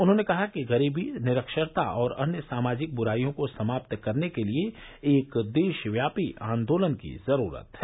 उन्होंने कहा कि गरीबी निरक्षरता और अन्य सामाजिक बुराईयों को समाप्त करने के लिए एक देशव्यापी आंदोलन की जरूरत है